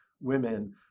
women